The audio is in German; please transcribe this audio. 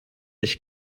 ich